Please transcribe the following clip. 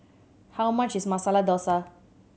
how much is Masala Dosa